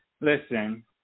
listen